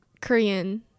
Korean